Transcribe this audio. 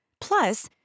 Plus